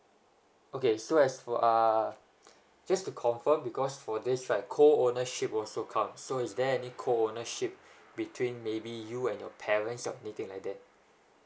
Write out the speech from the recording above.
okay so as for uh just to confirm because for this right co ownership also count so is there any co ownership between maybe you and your parents or anything like that